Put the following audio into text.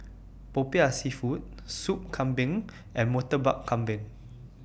Popiah Seafood Soup Kambing and Murtabak Kambing